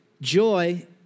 Joy